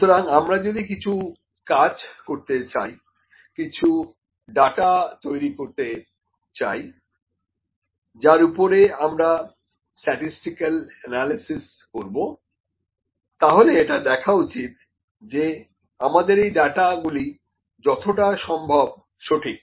সুতরাং আমরা যদি কিছু কাজ করতে চাই কিছু ডাটা তৈরি করতে চাইযার ওপরে আমরা স্ট্যাটিস্টিকাল অ্যানালিসিস করব তাহলে এটা দেখা উচিৎ যে আমাদের এই ডাটাগুলো যতটা সম্ভব সঠিক